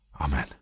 Amen